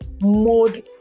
mode